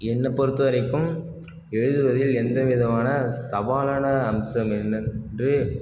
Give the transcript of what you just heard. என்னைப் பொறுத்த வரைக்கும் எழுதுவதில் எந்த விதமான சவாலான அம்சங்கள் என்னவென்று